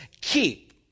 keep